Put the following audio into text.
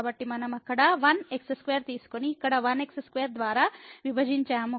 కాబట్టి మనం అక్కడ 1 x2 తీసుకొని ఇక్కడ 1 x2 ద్వారా విభజించాము